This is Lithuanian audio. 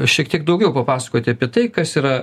šiek tiek daugiau papasakoti apie tai kas yra